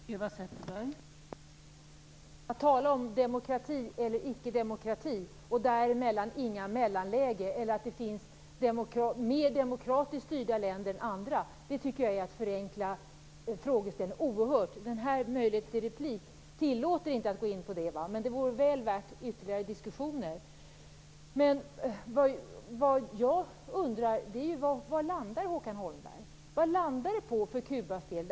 Fru talman! Att tala om demokrati eller icke demokrati och däremellan inga mellanlägen, eller om att det finns länder som är mer demokratiskt styrda än andra, tycker jag är att förenkla frågeställningen oerhört. Den här möjligheten till replik tillåter mig inte att gå in på det, men det vore väl värt ytterligare diskussioner. Vad jag undrar är: Var landar Håkan Holmberg? Vad landar det på för Kubas del?